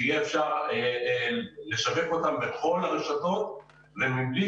שיהיה אפשר לשווק אותם בכל הרשתות וכך זה מבטל